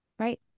right